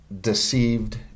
deceived